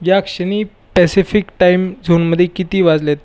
या क्षणी Pacific time झोनमध्ये किती वाजलेत